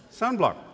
sunblock